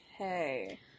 Okay